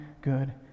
good